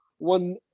One